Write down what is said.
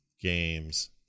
games